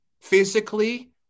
physically